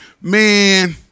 man